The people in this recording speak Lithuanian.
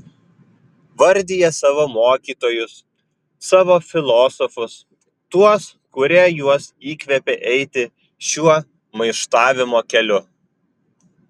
vardija savo mokytojus savo filosofus tuos kurie juos įkvėpė eiti šiuo maištavimo keliu